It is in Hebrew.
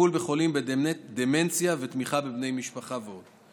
טיפול בחולים בדמנציה ותמיכה בבני משפחה ועוד.